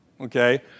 okay